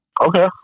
Okay